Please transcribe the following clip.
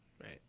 Right